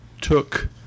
took